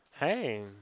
Hey